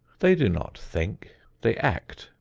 they do not think. they act,